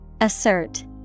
Assert